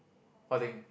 what thing